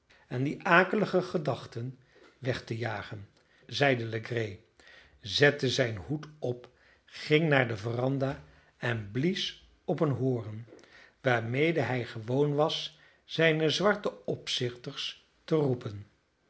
en die akelige gedachten weg te jagen zeide legree zette zijn hoed op ging naar de veranda en blies op een hoorn waarmede hij gewoon was zijne zwarte opzichters te roepen